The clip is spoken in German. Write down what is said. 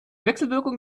wechselwirkung